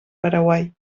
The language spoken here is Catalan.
paraguai